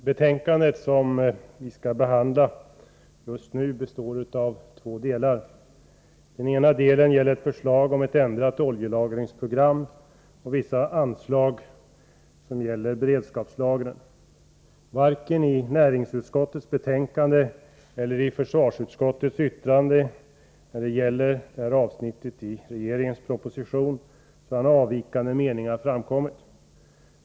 Herr talman! Betänkandet vi skall behandla består av två delar. Den ena delen gäller ett förslag om ändrat oljelagringsprogram och vissa anslag för beredskapslagren. Varken i näringsutskottets betänkande eller i försvarsutskottets yttrande över detta avsnitt i regeringens proposition i ärendet har några avvikande meningar framkommit.